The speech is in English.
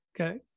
Okay